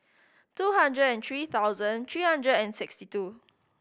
two hundred and three thousand three hundred and sixty two